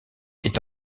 est